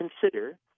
consider